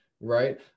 Right